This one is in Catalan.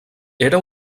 era